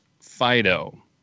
Fido